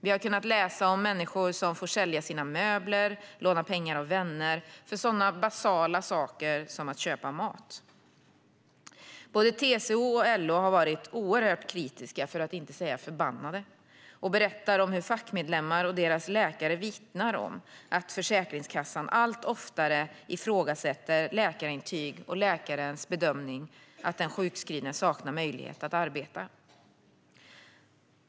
Vi har kunnat läsa om människor som fått sälja sina möbler eller låna pengar av vänner för att klara av sådana basala saker som att köpa mat. Både TCO och LO har varit oerhört kritiska - för att inte säga förbannade - och berättat om hur fackmedlemmar och deras läkare vittnar om att Försäkringskassan allt oftare ifrågasätter läkarintyg och läkarens bedömning att den sjukskrivne saknar möjlighet att arbeta.